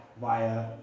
via